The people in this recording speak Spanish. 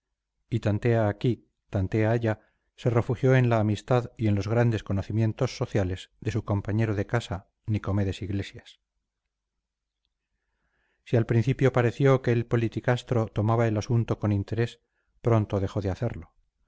y tantea aquí tantea allá se refugió en la amistad y en los grandes conocimientos sociales de su compañero de casa nicomedes iglesias si al principio pareció que el politicastro tomaba el asunto con interés pronto dejó de hacerlo